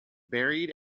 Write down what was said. buried